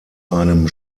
einem